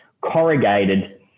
corrugated